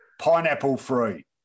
Pineapple-free